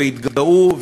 ויתגאו,